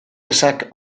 ezak